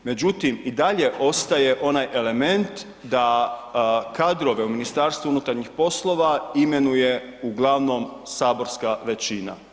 Međutim, i dalje ostaje onaj element da kadrove u MUP-u imenuje uglavnom saborska većina.